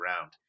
round